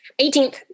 18th